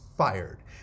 fired